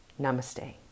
Namaste